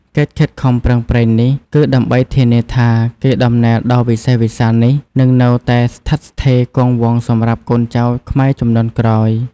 កិច្ចខិតខំប្រឹងប្រែងនេះ គឺដើម្បីធានាថា កេរដំណែលដ៏វិសេសវិសាលនេះនឹងនៅតែស្ថិតស្ថេរគង់វង្សសម្រាប់កូនចៅខ្មែរជំនាន់ក្រោយ។